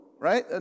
right